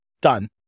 done